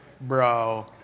Bro